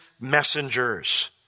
messengers